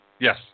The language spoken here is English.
Yes